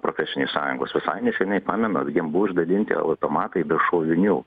profesinės sąjungos visai neseniai pamenu jiem buvo išdalinti automatai be šovinių